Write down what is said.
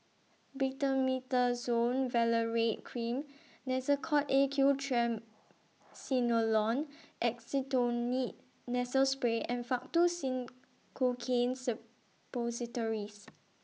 Betamethasone Valerate Cream Nasacort A Q Triamcinolone Acetonide Nasal Spray and Faktu Cinchocaine Suppositories